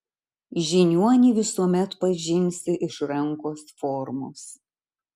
žiniuonį visuomet pažinsi iš rankos formos